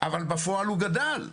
בפועל הוא גדל.